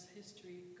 history